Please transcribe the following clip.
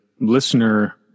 listener